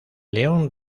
león